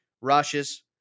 rushes